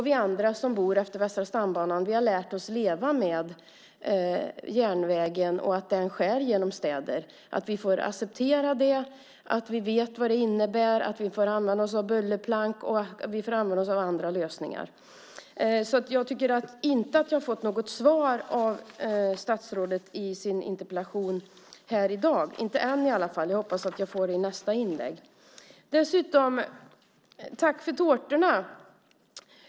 Vi andra som bor efter Västra stambanan har lärt oss leva med järnvägen och att den skär genom städer. Vi får acceptera det. Vi vet vad det innebär. Vi får använda oss av bullerplank och andra lösningar. Jag tycker inte att jag har fått något svar av statsrådet i interpellationssvaret här i dag. Jag hoppas att jag får det i nästa inlägg. Tack för tårtorna!